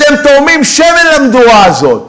אתם שופכים שמן למדורה הזאת.